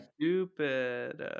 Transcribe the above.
stupid